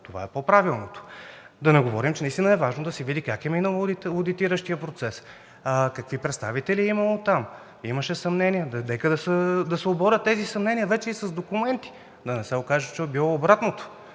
Това е по-правилното. Да не говорим, че наистина е важно да се види как е минал одитиращият процес, какви представители е имало там. Имаше съмнения, нека да се оборят тези съмнения и с документи. Да не се окаже, че е било обратното?!